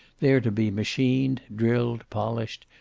there to be machined, drilled, polished,